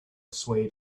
swayed